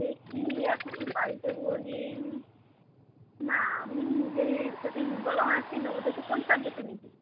দেখি এখন বাড়িতে বলি না আমি নিজের ইচ্ছাতেই নিই বল অনার্সই নেব তো তুই কোন সাবজেক্টে নিবি